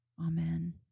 Amen